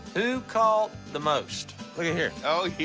who caught the most? lookie here. get